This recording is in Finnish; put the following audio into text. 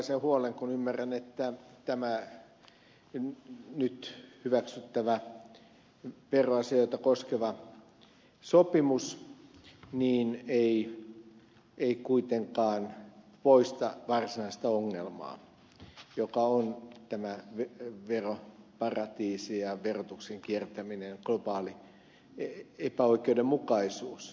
pulliaisen huolen kun ymmärrän että tämä nyt hyväksyttävä veroasioita koskeva sopimus ei kuitenkaan poista varsinaista ongelmaa joka on veroparatiisit ja verotuksen kiertäminen globaali epäoikeudenmukaisuus